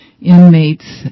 inmates